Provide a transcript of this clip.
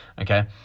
Okay